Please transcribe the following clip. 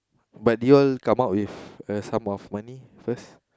but did y'all come out with a sum of money first